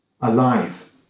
alive